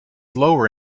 lower